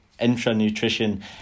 intra-nutrition